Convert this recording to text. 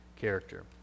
character